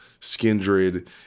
Skindred